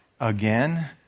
again